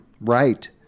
Right